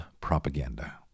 Propaganda